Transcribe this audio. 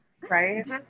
right